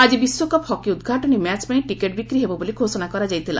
ଆକି ବିଶ୍ୱକପ୍ ହକି ଉଦ୍ଘାଟନୀ ମ୍ୟାଚ୍ ପାଇଁ ଟିକେଟ୍ ବିକ୍ରି ହେବ ବୋଲି ଘୋଷଣା କରାଯାଇଥିଲା